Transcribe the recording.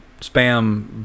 spam